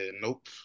nope